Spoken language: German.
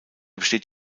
besteht